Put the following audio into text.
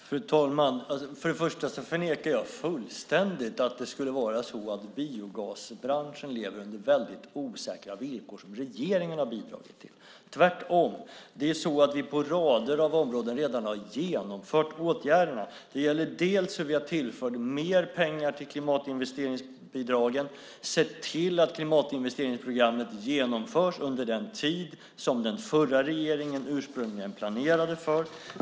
Fru talman! Först det första förnekar jag fullständigt att biogasbranschen lever under osäkra villkor som regeringen har bidragit till. Tvärtom har vi på rader av områden redan vidtagit åtgärderna. Det gäller bland annat hur vi har tillfört mer pengar till klimatinvesteringsbidragen och sett till att klimatinvesteringsprogrammet har genomförts under den tid som den förra regeringen ursprungligen planerade för.